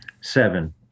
seven